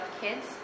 kids